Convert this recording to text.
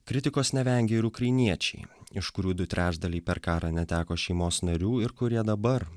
kritikos nevengė ir ukrainiečiai iš kurių du trečdaliai per karą neteko šeimos narių ir kurie dabar